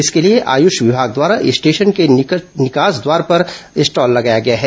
इसके लिए आयुष विभाग द्वारा स्टेशन को निकास द्वार पर स्टॉल लगाया गया है